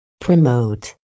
Promote